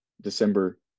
december